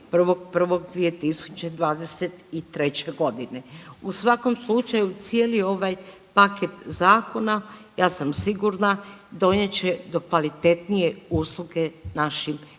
1.1.2023. godine. U svakom slučaju cijeli ovaj paket zakona ja sam sigurna donijet će do kvalitetnije usluge našim